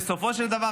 בסופו של דבר,